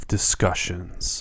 Discussions